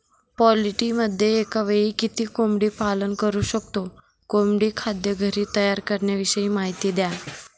पोल्ट्रीमध्ये एकावेळी किती कोंबडी पालन करु शकतो? कोंबडी खाद्य घरी तयार करण्याविषयी माहिती द्या